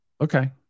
okay